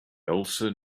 elsa